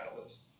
catalysts